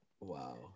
Wow